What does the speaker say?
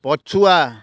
ପଛୁଆ